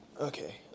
Okay